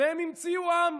והם המציאו עם.